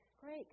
Great